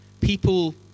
people